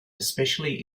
especially